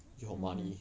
your money